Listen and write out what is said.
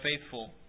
faithful